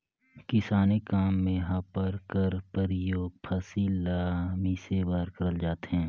किसानी काम मे हापर कर परियोग फसिल मन ल मिसे बर करल जाथे